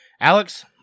Alex